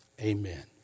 amen